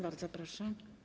Bardzo proszę.